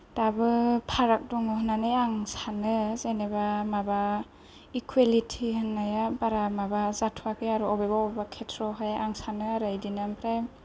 दाबो फाराग दङ होनानै आं सानो जेनोबा माबा इखुयेलिथि होननाया बारा माबा जाथ'वाखै आरो अबेबा अबेबा खेत्रवाव हाय आं सानो आरो इदिनो आमफ्राय